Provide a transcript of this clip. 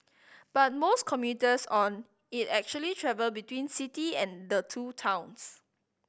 but most commuters on it actually travel between city and the two towns